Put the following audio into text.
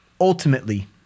ultimately